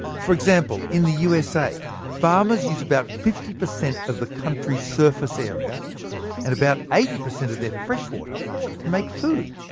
for example, in the usa, farmers use about fifty per cent of the country's total surface area and about eighty per cent of their freshwater to make food.